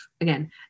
again